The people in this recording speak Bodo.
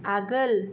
आगोल